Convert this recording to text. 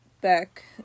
back